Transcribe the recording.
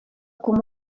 comú